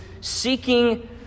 seeking